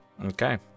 Okay